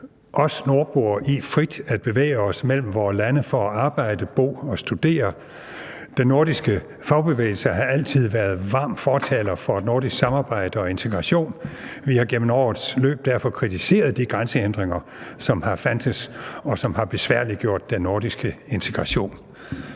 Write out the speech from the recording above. os nordboere i frit at bevæge os mellem vore lande for at arbejde, bo og studere. Den nordiske fagbevægelse har altid været varm fortaler for et nordisk samarbejde og integration. Vi har i årenes løb derfor kritiseret de grænsehindringer, som har fandtes, og som har besværliggjort den nordiske integration.